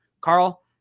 Carl